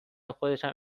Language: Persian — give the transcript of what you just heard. خودشم